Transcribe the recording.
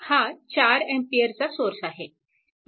हा 4 A चा source आहे